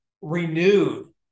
renewed